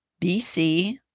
BC